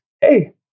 hey